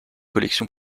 collections